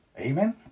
amen